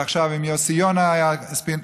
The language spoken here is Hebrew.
ועכשיו עם יוסי יונה היה ספין.